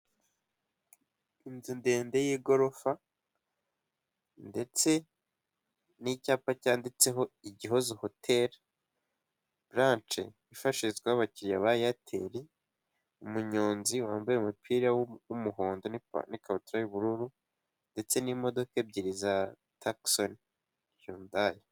Inzu ndende y'igorofa, ndetse n'icyapa cyanditseho Igihozo hoteli lanshe. Ifashirizwaho abakiriya ba Eyateri, umunyonzi wambaye umupira w'umuhondo n'ikabutura y'ubururu, ndetse n'imodoka ebyiri za Takisoni Yundayi.